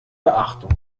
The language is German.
beachtung